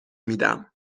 میدم